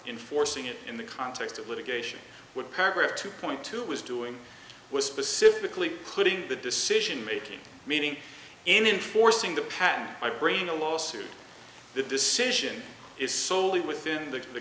enforcing it in the context of litigation would paragraph to point to was doing was specifically putting the decision making meeting and enforcing the patent i bring a lawsuit the decision is solely within the